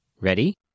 Ready